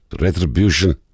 retribution